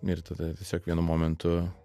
ir tada tiesiog vienu momentu